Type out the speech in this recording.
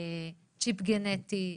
צ'יפ גנטי,